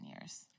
years